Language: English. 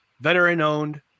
Veteran-owned